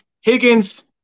Higgins